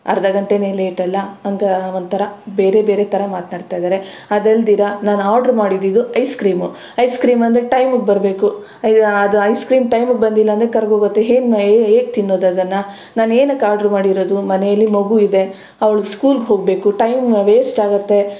ಅರ್ಧ ಗಂಟೆ ಲೇಟ್ ಅಲ್ಲ ಅಂತ ಒಂಥರ ಬೇರೆ ಬೇರೆ ಥರ ಮಾತನಾಡ್ತಾಯಿದಾರೆ ಅದಲ್ದಿರ ನಾನು ಆಡ್ರು ಮಾಡಿದಿದ್ದು ಐಸ್ ಕ್ರೀಮ್ ಐಸ್ ಕ್ರೀಮ್ ಅಂದರೆ ಟೈಮಿಗ್ ಬರಬೇಕು ಇದು ಅದು ಐಸ್ ಕ್ರೀಮ್ ಟೈಮ್ಗೆ ಬಂದಿಲ್ಲ ಅಂದರೆ ಕರಗೋಗುತ್ತೆ ಏನ್ ಹೇಗ್ ತಿನ್ನೋದು ಅದನ್ನು ನಾನು ಏನಕ್ಕೆ ಆಡ್ರು ಮಾಡಿರೋದು ಮನೆಯಲ್ಲಿ ಮಗು ಇದೆ ಅವ್ಳು ಸ್ಕೂಲ್ಗೆ ಹೋಗಬೇಕು ಟೈಮ್ ವೇಸ್ಟ್ ಆಗುತ್ತೆ